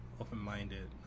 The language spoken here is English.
open-minded